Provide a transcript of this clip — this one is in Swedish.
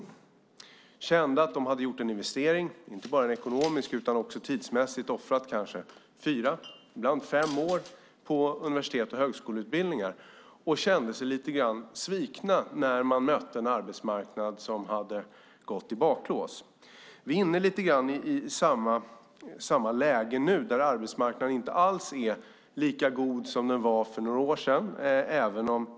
De kände att de hade gjort en investering, inte bara ekonomiskt utan också tidsmässigt, ofta i fyra och ibland fem år på universitets och högskoleutbildningar, och de kände sig lite svikna när de mötte en arbetsmarknad som hade gått i baklås. Vi är lite inne i samma läge nu, där arbetsmarknaden inte alls är lika god som den var för några år sedan.